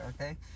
okay